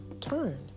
turn